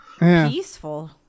peaceful